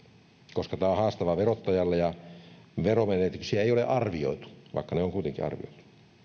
koska tämä on haastava verottajalle ja veromenetyksiä ei ole arvioitu vaikka ne on kuitenkin arvioitu